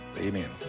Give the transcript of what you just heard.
amen.